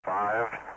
Five